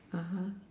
(uh huh)